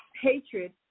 hatred